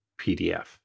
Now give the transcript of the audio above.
PDF